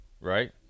right